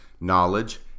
knowledge